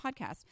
podcast